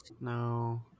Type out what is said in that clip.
No